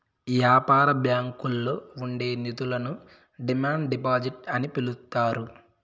యాపార బ్యాంకుల్లో ఉండే నిధులను డిమాండ్ డిపాజిట్ అని పిలుత్తారు